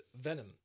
Venom